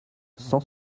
cent